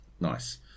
Nice